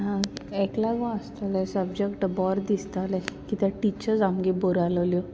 हेका लागोन आसतोले सबजक्ट बोरे दिसताले कित्याक टिचर्स आमगे बोरो आसलोल्यो